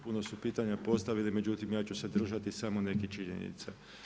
Puno su pitanja postavili, međutim, ja ću se držati samo nekih činjenica.